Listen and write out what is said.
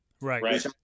right